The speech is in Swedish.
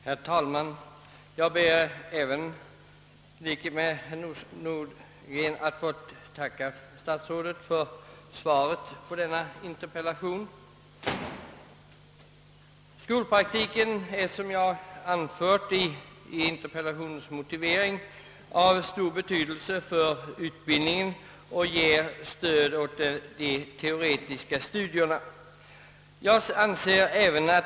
Herr talman! Även jag ber att få tacka statsrådet för svaret. Skolpraktiken är, som jag anfört i interpellationens motivering, av stor be :ydelse för utbildningen och ger stöd åt 1e teoretiska studierna.